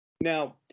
now